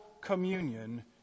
communion